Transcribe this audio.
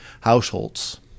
households